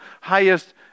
highest